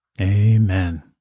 Amen